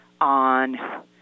on